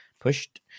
pushed